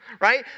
right